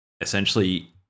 essentially